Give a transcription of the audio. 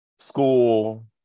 School